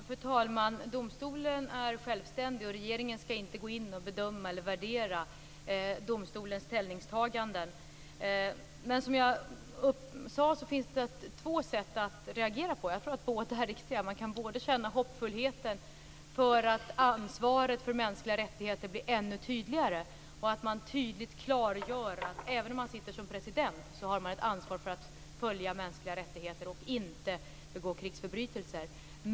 Fru talman! Domstolen är självständig. Regeringen skall inte gå in och bedöma eller värdera domstolens ställningstaganden. Som jag sade finns det två sätt att reagera på, och jag tror att båda är riktiga. Man kan känna hoppfullhet för att ansvaret för mänskliga rättigheter blir ännu tydligare och för att det tydligt klargörs att även om man sitter som president har man ett ansvar för att efterleva de mänskliga rättigheterna och inte begå krigsförbrytelser.